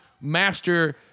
master